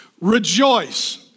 Rejoice